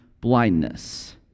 blindness